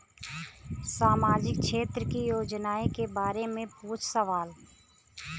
सामाजिक क्षेत्र की योजनाए के बारे में पूछ सवाल?